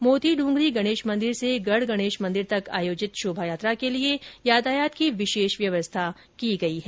मोती डूंगरी गणेश मंदिर से गढ गणेश मंदिर तक आयोजित शोभायात्रा के लिए यातायात की विशेष व्यवस्था की गई है